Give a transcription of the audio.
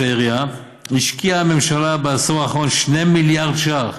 העירייה השקיעה הממשלה בעשור האחרון 2 מיליארד ש"ח